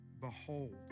behold